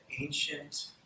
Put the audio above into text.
ancient